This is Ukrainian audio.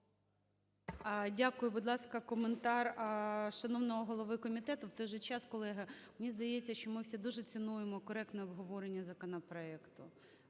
Дякую. Будь ласка, коментар шановного голови комітету. В той же час, колеги, мені здається, що ми всі дуже цінуємо коректне обговорення законопроекту,